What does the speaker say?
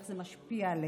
איך זה משפיע עליהם.